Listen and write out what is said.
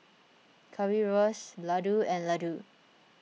Currywurst Ladoo and Ladoo